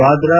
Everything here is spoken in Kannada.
ವಾದ್ರಾ